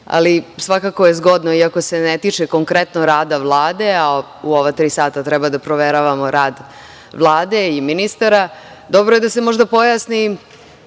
ali svakako je zgodno, iako se ne tiče konkretno rada Vlade, a u ova tri sata treba da proveravamo rad Vlade i ministara, dobro je da se možda pojasne